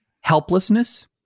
helplessness